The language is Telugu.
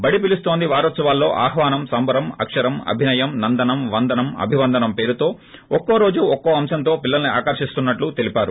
బాడిపిలుస్తోంది వారోత్పవాల్లో ఆహ్వానం సంబరం అక్షరం అభినయం నందనం వందనం అభినందనం పేరుతో ఒక్కోరోజు ఒక్కో అంశంతో పిల్లల్ని ఆకర్షిస్తున్నట్లు తెలిపారు